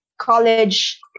college